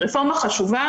רפורמה חשובה.